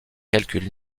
calcul